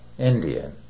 Indian